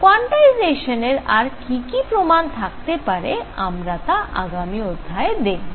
কোয়ান্টাইজেশানের আর কি কি প্রমাণ থাকতে পারে আমরা তা আগামী অধ্যায়ে দেখব